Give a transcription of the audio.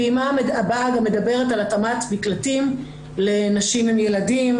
הפעימה הבאה גם מדברת על התאמת מקלטים לנשים עם ילדים,